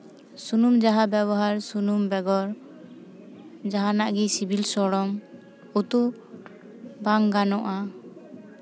ᱥᱩᱱᱩᱢ ᱡᱟᱦᱟᱸ ᱵᱮᱵᱚᱦᱟᱨ ᱥᱩᱱᱩᱢ ᱵᱮᱜᱚᱨ ᱡᱟᱦᱟᱱᱟᱜ ᱜᱮ ᱥᱤᱵᱤᱞ ᱥᱚᱲᱚᱢ ᱩᱛᱩ ᱵᱟᱝ ᱜᱟᱱᱚᱜᱼᱟ